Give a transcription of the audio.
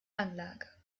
anlage